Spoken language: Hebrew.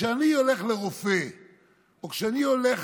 כשאני הולך לרופא או כשאני הולך